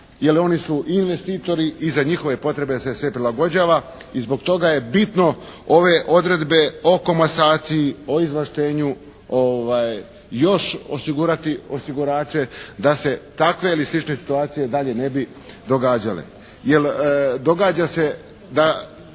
jer oni su i investitori i za njihove potrebe se sve prilagođava. I zbog toga je bitno ove odredbe o komasaciji, o izvlaštenju još osigurati osigurače da se takve ili slične situacije dalje ne bi događale.